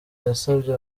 yasabye